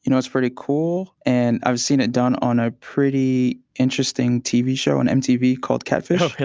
you know, it's pretty cool. and i've seen it done on a pretty interesting tv show on mtv called catfish.